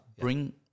bring